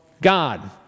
God